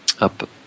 up